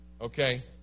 okay